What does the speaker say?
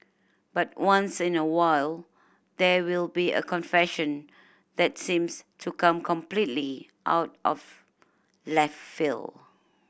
but once in a while there will be a confession that seems to come completely out of left field